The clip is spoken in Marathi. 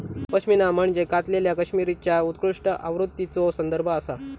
पश्मिना म्हणजे कातलेल्या कश्मीरीच्या उत्कृष्ट आवृत्तीचो संदर्भ आसा